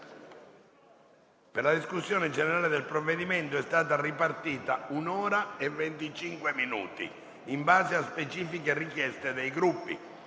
Per la discussione generale del provvedimento è stata ripartita un'ora e venticinque minuti, in base a specifiche richieste dei Gruppi.